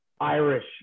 Irish